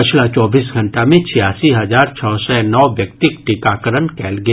पछिला चौबीस घंटा मे छियासी हजार छओ सय नओ व्यक्तिक टीकाकरण कयल गेल